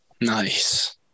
Nice